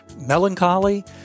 melancholy